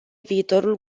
viitorul